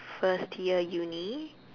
first year uni